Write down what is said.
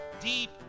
deep